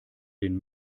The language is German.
den